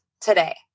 today